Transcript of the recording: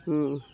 ହଁ